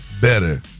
better